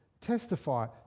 testify